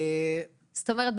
זאת אומרת,